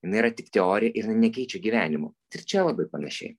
jinai yra tik teorija ir jinai nekeičia gyvenimo tai ir čia labai panašiai